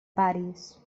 paris